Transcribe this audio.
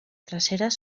traseras